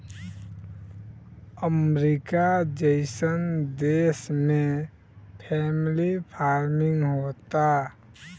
अमरीका जइसन देश में फैमिली फार्मिंग होता